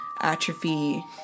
atrophy